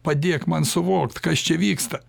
padėk man suvokt kas čia vyksta